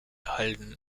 halden